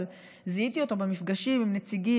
זיהיתי אותו במפגשים עם נציגים,